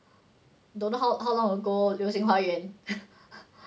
don't know how how long ago 流星花园